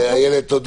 אילת, תודה.